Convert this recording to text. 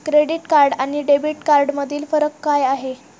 Credit card आणि debit कार्डमधील फरक काय आहे?